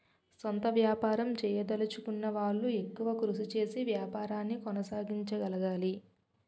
సొంత వ్యాపారం చేయదలచుకున్న వాళ్లు ఎక్కువ కృషి చేసి వ్యాపారాన్ని కొనసాగించగలగాలి